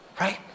right